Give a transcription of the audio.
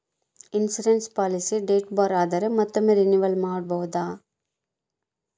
Insurance policy date ಬಾರ್ ಆದರೆ ಮತ್ತೊಮ್ಮೆ ರಿನಿವಲ್ ಮಾಡಬಹುದ್ರಿ?